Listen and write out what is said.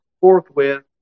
forthwith